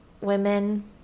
women